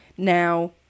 now